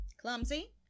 Clumsy